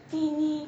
你你